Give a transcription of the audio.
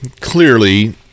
clearly